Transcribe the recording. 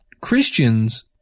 Christians